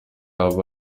aba